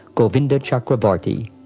govinda chakravarti.